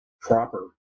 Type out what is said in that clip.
proper